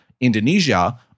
Indonesia